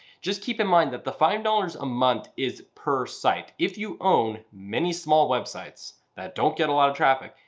just keep in mind that the five dollars a month is per site. if you own many small websites that don't get a lot of traffic,